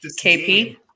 KP